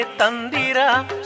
Tandira